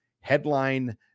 Headline